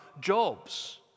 jobs